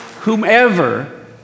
whomever